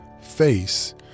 face